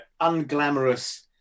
unglamorous